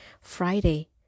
Friday